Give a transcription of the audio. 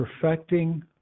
perfecting